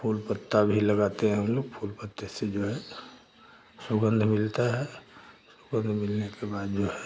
फूल पत्ता भी लगाते हैं हम लोग फूल पत्ते से जो है सुगन्ध मिलता है सुगन्ध मिलने के बाद जो है